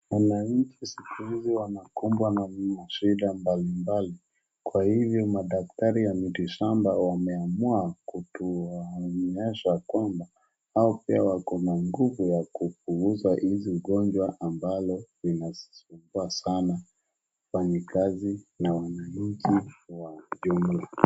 Wananchi sikuizi wanakumbwa na shida mbalimblai, kwa hjvyo madaktari ya miti shamba wameamua kutuonyesha ya kwamba wao pia wakona nguvu ya kupunguza hizi ugonjwa ambalo linasumbua sana wafanyikazi na wanachi kwa jumla.